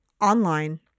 online